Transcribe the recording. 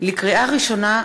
לקריאה ראשונה,